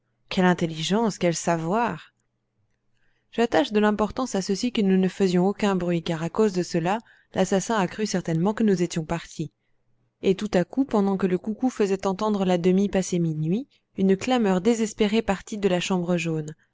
quelle intelligence quel savoir j'attache de l'importance à ceci que nous ne faisions aucun bruit car à cause de cela l'assassin a cru certainement que nous étions partis et tout à coup pendant que le coucou faisait entendre la demie passé minuit une clameur désespérée partit de la chambre jaune